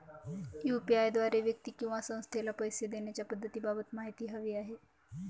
UPI द्वारे व्यक्ती किंवा संस्थेला पैसे देण्याच्या पद्धतींबाबत माहिती हवी आहे